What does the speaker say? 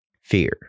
fear